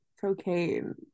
cocaine